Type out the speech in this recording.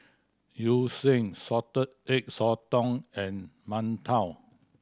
sheng Salted Egg Sotong and mantou